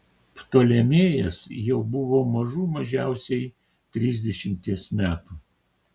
ptolemėjas jau buvo mažų mažiausiai trisdešimties metų